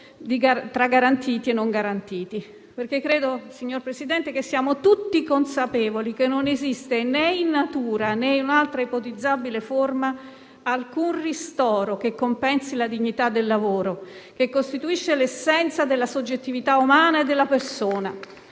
tra garantiti e non. Credo infatti, signor Presidente, che siamo tutti consapevoli che non esiste né in natura, né in un'altra ipotizzabile forma, alcun ristoro che compensi la dignità del lavoro, che costituisce l'essenza della soggettività umana e della persona.